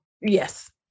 Yes